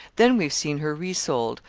then we have seen her re-sold,